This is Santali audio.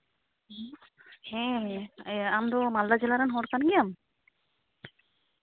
ᱦᱮᱸ ᱤᱭᱟᱹ ᱟᱢ ᱫᱚ ᱢᱟᱞᱫᱟ ᱡᱮᱞᱟ ᱨᱮᱱ ᱦᱚᱲ ᱠᱟᱱ ᱜᱮᱭᱟᱢ